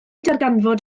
darganfod